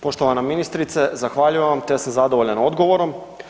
Poštovana ministrice, zahvaljujem vam, ja sam zadovoljan odgovorom.